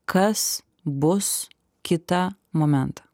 kas bus kitą momentą